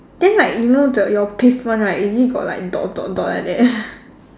then like you know the your pavement right is it got like dot dot dot like that